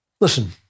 Listen